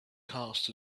cast